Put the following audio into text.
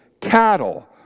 cattle